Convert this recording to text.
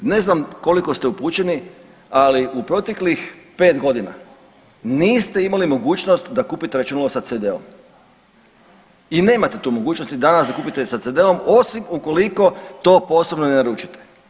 Ne znam koliko ste upućeni ali u proteklih 5 godina niste imali mogućnost da kupite računalo sa CD-om i nemate tu mogućnost ni danas da kupite sa CD-om osim ukoliko to posebno ne naručite.